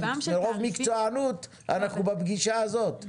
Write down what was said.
מרוב מקצוענות, אנחנו בפגישה הזאת.